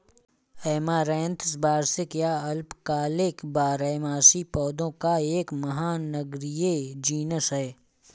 amaranthus वार्षिक या अल्पकालिक बारहमासी पौधों का एक महानगरीय जीनस है